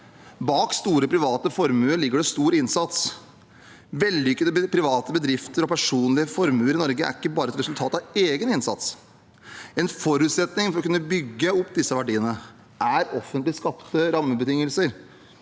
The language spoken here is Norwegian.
Bak store private formuer ligger det stor innsats. Vellykkede private bedrifter og store personlige formuer i Norge er ikke bare et resultat av egen innsats. En forutsetning for å kunne bygge opp disse verdiene er offentlig skapte rammebetingelser: